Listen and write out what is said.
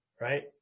right